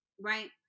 right